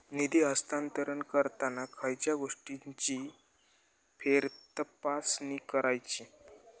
निधी हस्तांतरण करताना खयच्या गोष्टींची फेरतपासणी करायची?